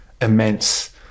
immense